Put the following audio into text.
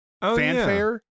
fanfare